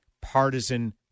partisan